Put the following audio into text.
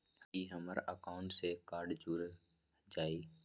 ई हमर अकाउंट से कार्ड जुर जाई?